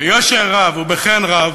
ביושר רב ובחן רב,